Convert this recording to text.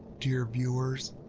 dear viewers,